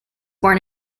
born